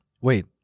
Wait